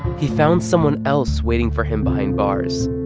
he found someone else waiting for him behind bars.